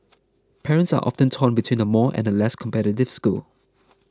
parents are often torn between a more and a less competitive school